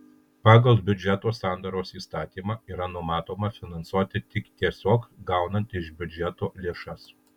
pagal biudžeto sandaros įstatymą yra numatoma finansuoti tik tiesiog gaunant iš biudžeto lėšas